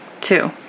two